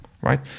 Right